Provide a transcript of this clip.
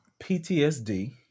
PTSD